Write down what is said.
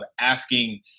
asking